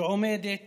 שעומדות